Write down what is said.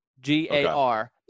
G-A-R